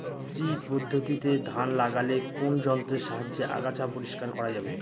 শ্রী পদ্ধতিতে ধান লাগালে কোন যন্ত্রের সাহায্যে আগাছা পরিষ্কার করা যাবে?